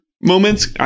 moments